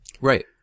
Right